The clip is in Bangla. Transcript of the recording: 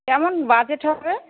কেমন বাজেট হবে